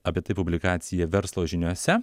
apie tai publikacija verslo žiniose